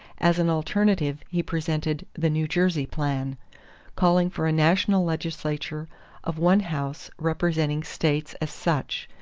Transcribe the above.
as an alternative, he presented the new jersey plan calling for a national legislature of one house representing states as such,